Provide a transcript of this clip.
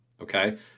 okay